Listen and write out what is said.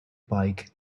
bike